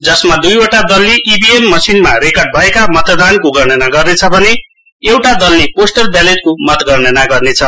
जसमा दुईवटा दलले ईभीएम मसिनमा रेकर्ड भएका मतदानको गणना गर्नेछ भने एउटा दलले पोस्टल ब्यालेटको मतगणना गर्नेछ